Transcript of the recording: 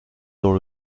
dans